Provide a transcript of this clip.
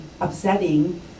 upsetting